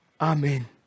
Amen